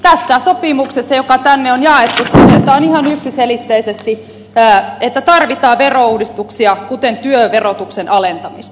tässä sopimuksessa joka tänne on jaettu todetaan ihan yksiselitteisesti että tarvitaan verouudistuksia kuten työverotuksen alentamista